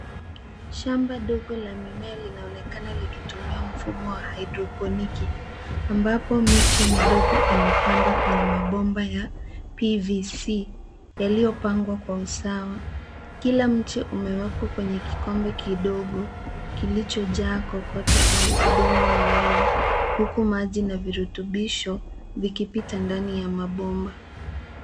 Shamba ndogo la mimea linaonekana likitumia mfumo wa haidroponiki ambapo miche midogo imepandwa kwenye mabomba ya PVC yaliyopangwa kwa usawa. Kila mche umewekwa kwenye kikombe kidogo, kilichojaa kokoto au udongo maalum, huku maji na virutubisho vikipita ndani ya mabomba.